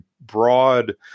broad